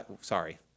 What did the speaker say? Sorry